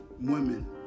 women